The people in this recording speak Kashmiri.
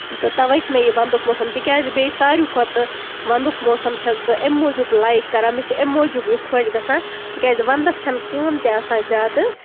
تَوے چھُ مےٚ یہِ وَندُک موسَم تِکیازِ بیٚیہِ ساروٕے کھۄتہٕ وَندُک موسَم چھَس بہٕ اَمہِ موٗجوٗب لایک کران مےٚ چھُ اَمہِ موٗجوٗب یہِ خۄش گژھان تِکیازِ وَندَس چھنہٕ کٲم تہِ آسان زیادٕ